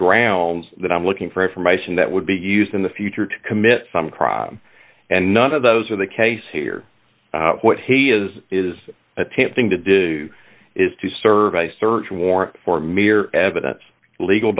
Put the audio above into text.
grounds that i'm looking for information that would be used in the future to commit some crime and none of those are the case here what he is is attempting to do is to serve a search warrant for mere evidence legal